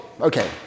Okay